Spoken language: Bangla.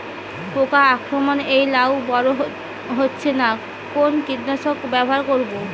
পোকার আক্রমণ এ লাউ বড় হচ্ছে না কোন কীটনাশক ব্যবহার করব?